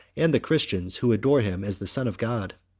and the christians, who adore him as the son of god.